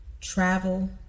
Travel